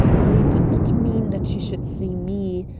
i did not mean that she should see me.